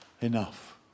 Enough